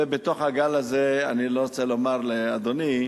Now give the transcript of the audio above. ובתוך הגל הזה, אני לא רוצה לומר לאדוני,